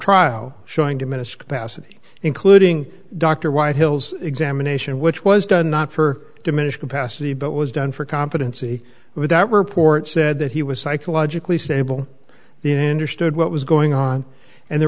trial showing diminished capacity including dr white hills examination which was done not for diminished capacity but was done for competency with that report said that he was psychologically stable the endor stood what was going on and there